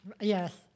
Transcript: Yes